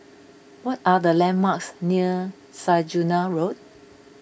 what are the landmarks near Saujana Road